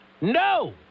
No